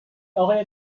آقای